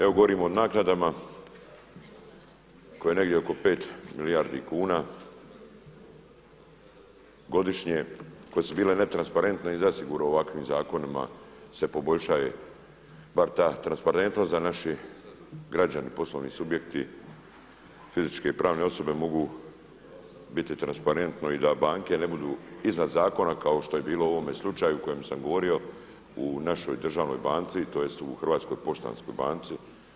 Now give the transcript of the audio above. Evo govorim o naknadama koje negdje oko 5 milijardi kuna godišnje, koje su bile netransparentne i zasigurno ovakvim zakonima se poboljšaje bar ta transparentnost, da naši građani, poslovni subjekti, fizičke i pravne osobe mogu biti transparentno i da banke ne budu iznad zakona kao što je bilo u ovome slučaju o kojem sam govorio u našoj državnoj banci, tj. u Hrvatskoj poštanskoj banci.